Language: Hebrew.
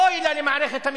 לאחר התדיינות,